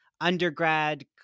undergrad